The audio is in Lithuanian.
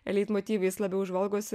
leitmotyvais labiau žvalgosi